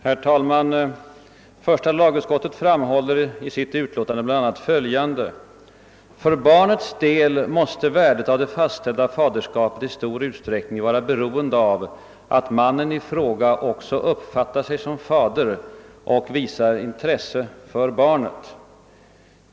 Herr talman! Första lagutskottet framhåller i sitt utlåtande bl.a. följande: För barnets del måste värdet av det fastställda faderskapet i stor utsträckning vara beroende av att mannen i fråga också uppfattar sig som fader och visar intresse för barnet.